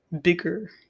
bigger